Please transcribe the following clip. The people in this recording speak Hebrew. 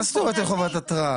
מה זאת אומרת אין חובת התראה?